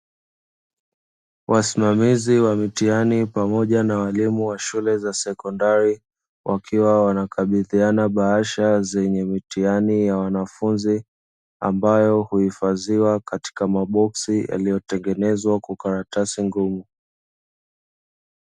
Wasimamizi wa mitihani pamoja na walimu wa shule za sekondari, wakiwa wanakabidhiana bahasha zenye mitihani ya wanafunzi. Ambayo uhifadhi katika maboksi yaliotengenezwa kwa karatasi ngumu.